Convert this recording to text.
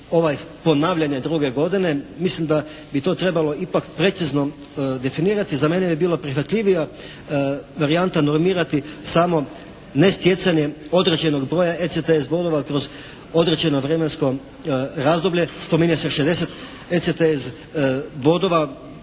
ponavljanje druge godine. Mislim da bi to trebalo ipak precizno definirati. Za mene bi bilo prihvatljivija varijanta normirati samo ne stjecanjem određenog broja ECTS bodova kroz određeno vremensko razdoblje. Spominje se 60 ECTS bodova.